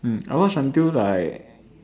mm I watch until like